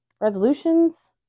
resolutions